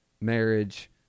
marriage